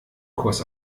kurs